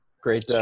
Great